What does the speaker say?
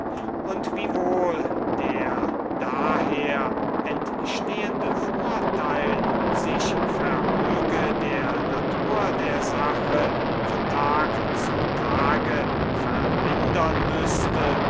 und wiewohl der daher entstehende vorteil sich vermöge der natur der sache von tag zu tage vermindern müßte